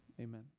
Amen